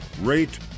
rate